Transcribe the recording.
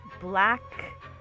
black